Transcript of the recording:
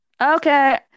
Okay